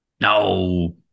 no